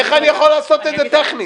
איך אני יכול לעשות את זה טכנית?